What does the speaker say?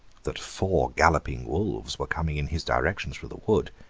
that four galloping wolves were coming in his direction through the wood?